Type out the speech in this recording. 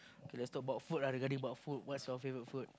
okay let's talk about food ah regarding about food what's your favorite food